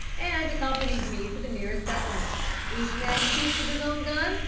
and accompanies me to the nearest settlements. each man shoots with his own gun,